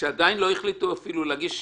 כשעדיין לא החליטו אפילו להגיש כתב אישום.